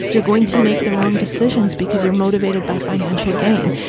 you're going to make the wrong decisions because you're motivated by financial gain.